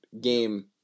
game